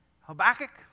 Habakkuk